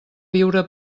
viure